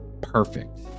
perfect